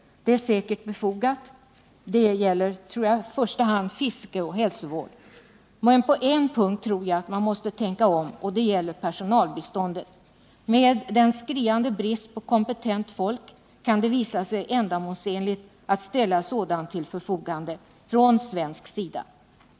Det är säkert befogat. Det gäller i första hand fiske och hälsovård. Men på en punkt tror jag att man måste tänka om, och det gäller personalbiståndet. Med den skriande bristen på kompetent folk kan det visa sig ändamålsenligt att ställa sådant till förfogande från svensk sida.